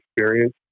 experience